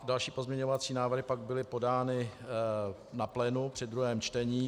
Další pozměňovací návrhy pak byly podány na plénu při druhém čtení.